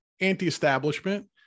anti-establishment